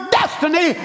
destiny